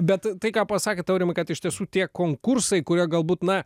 bet tai ką pasakėt aurimai kad iš tiesų tie konkursai kurie galbūt na